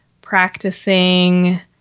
practicing